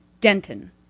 Denton